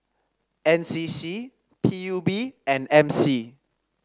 N C C P U B and M C